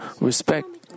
respect